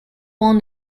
won